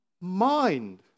mind